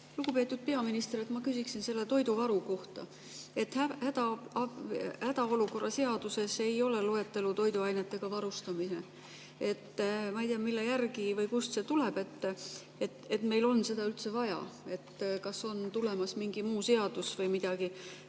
Lugupeetud peaminister! Ma küsin toiduvaru kohta. Hädaolukorra seaduses ei ole loetelu "Toiduainetega varustamine". Ma ei tea, mille järgi või kust see tuleb, et meil on seda üldse vaja. Kas on tulemas mingi muu seadus või midagi?